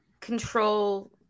control